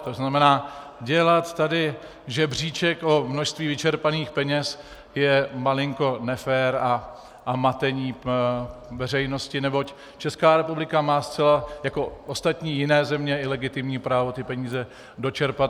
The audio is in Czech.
To znamená, dělat tady žebříček o množství vyčerpaných peněz je malinko nefér a matení veřejnosti, neboť Česká republika má zcela jako jiné země legitimní právo peníze dočerpat.